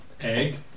egg